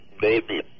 baby